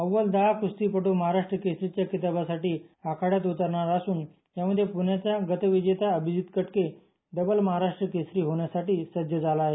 अव्वल दहा कुस्तीपट महाराष्ट्र केसरीच्या किताबासाठी आखाड्यात उतरणार असून यामध्ये पुण्याचा गतविजेता अभिजीत कटके डबल महाराष्ट्र केसरी होण्यासाठी सज्ज झाला आहे